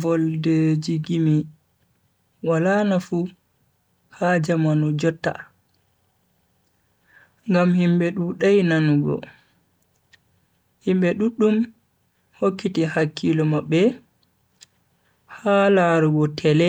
Voldeji gimi wala nafu ha jamanu jotta, ngam himbe dudai nanugo. himbe duddum hokkiti hakkilo mabbe ha larugo tele